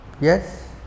Yes